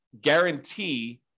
guarantee